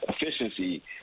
efficiency